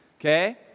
Okay